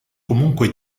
comunque